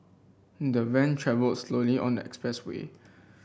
the van travelled slowly on the expressway